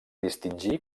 distingí